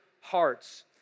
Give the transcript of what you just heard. Hearts